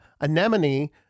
anemone